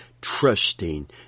trusting